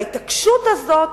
וההתעקשות הזאת